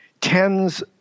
Tens